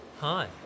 Hi